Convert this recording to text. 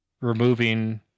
removing